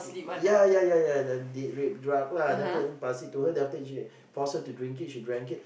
ya ya ya ya the date rape drug lah then after that then pass it to her then after that she forced her to drink it she drank it